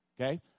okay